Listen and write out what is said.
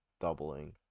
doubling